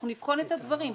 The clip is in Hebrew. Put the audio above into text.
אנחנו נבחן את הדברים.